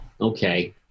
okay